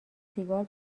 سیگار